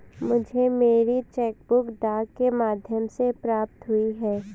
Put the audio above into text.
मुझे मेरी cheque book डाक के माध्यम से प्राप्त हुई है